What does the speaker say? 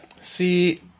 see